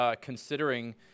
considering